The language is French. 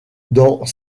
dans